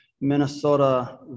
Minnesota